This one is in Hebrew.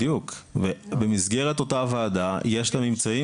בדיוק, ובמסגרת אותה ועדה יש את הממצאים.